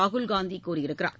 ராகுல் காந்தி கூறியிருக்கிறார்